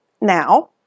now